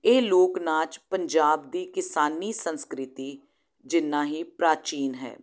ਇਹ ਲੋਕ ਨਾਚ ਪੰਜਾਬ ਦੀ ਕਿਸਾਨੀ ਸੰਸਕ੍ਰਿਤੀ ਜਿੰਨਾ ਹੀ ਪ੍ਰਾਚੀਨ ਹੈ